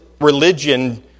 religion